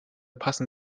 passen